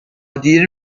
دیر